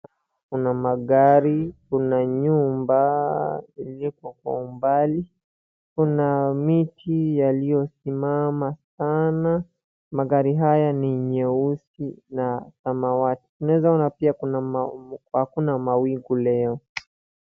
Kuna magari, kuna nyumba ziko kwa umbali. Kuna miti yaliyosimama sana magari haya ni nyeusi na samawati. Tunaweza ona pia hakuna mawingu leo.